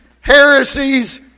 heresies